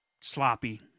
sloppy